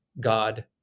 God